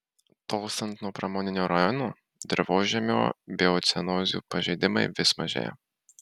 tolstant nuo pramoninio rajono dirvožemio biocenozių pažeidimai vis mažėja